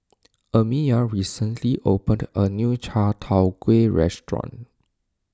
Amiyah recently opened a new Chai Tow Kuay restaurant